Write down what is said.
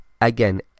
again